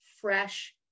fresh